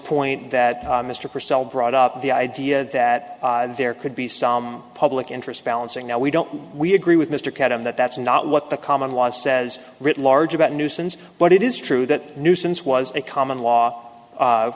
point that mr purcel brought up the idea that there could be some public interest balancing now we don't we agree with mr khaddam that that's not what the common law says written large about nuisance but it is true that nuisance was a common law